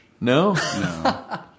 no